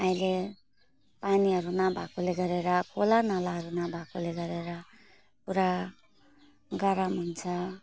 अहिले पानीहरू नभएकोले गरेर खोलानालाहरू नभएकोले गरेर पुरा गरम हुन्छ